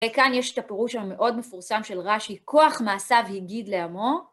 וכאן יש את הפירוש המאוד מפורסם של רש"י, כוח מעשה הגיד לעמו.